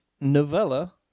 novella